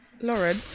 Lauren